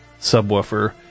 subwoofer